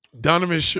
Donovan